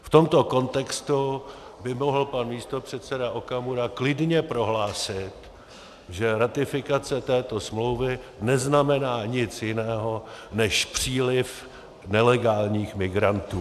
V tomto kontextu by mohl pan místopředseda Okamura klidně prohlásit, že ratifikace této smlouvy neznamená nic jiného než příliv nelegálních migrantů.